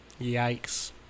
Yikes